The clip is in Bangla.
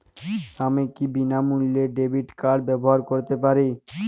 আমি কি বিনামূল্যে ডেবিট কার্ড ব্যাবহার করতে পারি?